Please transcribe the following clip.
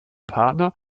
partner